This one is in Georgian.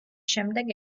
შემდეგ